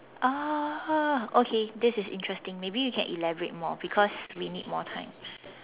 uh okay this is interesting maybe you can elaborate more because we need more time